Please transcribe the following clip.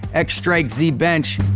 x strike z bench